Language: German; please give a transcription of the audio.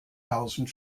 tausend